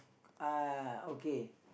uh okay